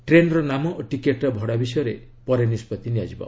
ଟେନ୍ର ନାମ ଓ ଟିକଟ ଭଡ଼ା ବିଷୟରେ ପରେ ନିଷ୍ପଭି ନିଆଯିବ